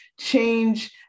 change